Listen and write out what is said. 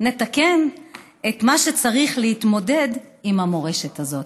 נתקן את מה שצריך כדי להתמודד עם המורשת הזאת.